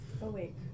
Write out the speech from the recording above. Awake